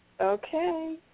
Okay